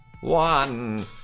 one